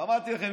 אמרתי לכם,